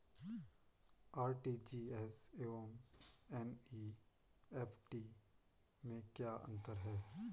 RTGS एवं NEFT में क्या अंतर है?